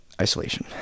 isolation